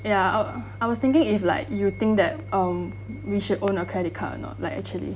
ya I I was thinking if like you think that um we should own a credit card or not like actually